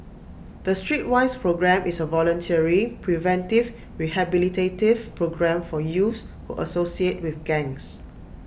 the Streetwise programme is A voluntary preventive rehabilitative programme for youths who associate with gangs